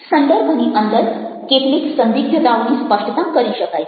સંદર્ભની અંદર કેટલીક સંદિગ્ધતાઓની સ્પષ્ટતા કરી શકાય છે